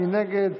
מי נגד?